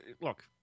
look